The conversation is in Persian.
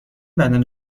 بدن